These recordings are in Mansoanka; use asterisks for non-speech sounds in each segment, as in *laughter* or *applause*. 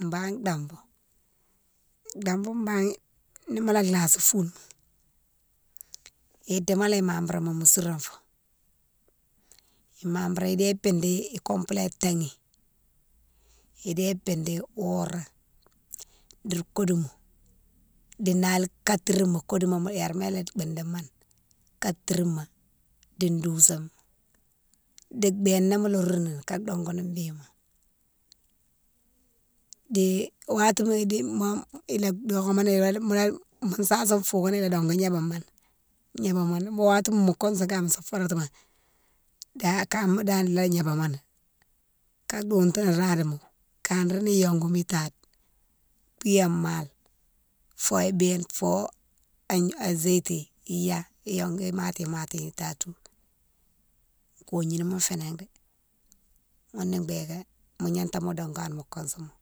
Bane dambou, dambou bane ni mola lasi foule ma, idimo lé mabrama mo souranfo, mabrama idé bidi icomplé tanghi, idé bidi woro di koudouma, di nakatrima koudouma gnama lé bidimone katrima di dousama di bénan mo lorome ka dongo noung bima. Di watima di, *hesitation* ila dogomoni, *hesitation* mo sasi foukane ila dongou gnébo moni, gnébo moni ni watima mo kousoune kama sa fouratoumo ni da kama dane la gnébo mone, ka dountou radjima, kanra ni yongouma itade. *unintelligible* fo béne fo, a géti, igna yongou mati mati tade tou. Kognilima fénan dé ghounné bigué mo gnata mo dokane mo kousouma,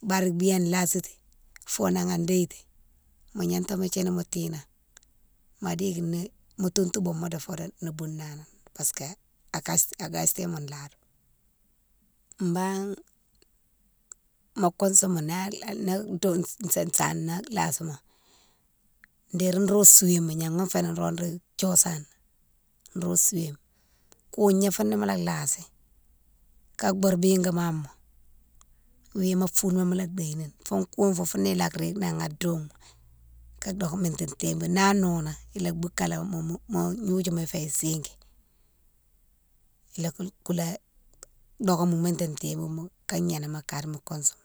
bare biran lasiti fonan a déti mo gnata mo djini mo tiné, ma dékini mo tountou bouma di fodo no bounano parce que agasti mo ladou. Bane mo kousouma na *hesitation* sana lasimo déri nro souwéma gnama féni nro ro thiosana, nro souwéma kougna founé mola lasi, ka boure bikima ma wima foule ma mola déye ni, fo kougne fo, founé ila ka rike nan na douwou ma, ka doké métin timbi na noné ila boukalé, mo-mo-mo gnodiouma fé sigui ila ka koulé doké mo métin timbi ma, ka gnénan mo kadi mo kousouma.